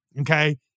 okay